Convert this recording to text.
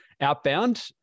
outbound